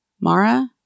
Mara